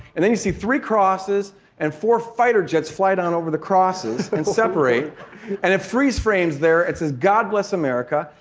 and then you see three crosses and four fighter jets fly down over the crosses and separate and it freeze frames there. it says, god bless america,